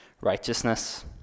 righteousness